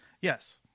Yes